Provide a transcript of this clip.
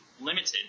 limited